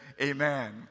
amen